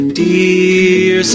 dear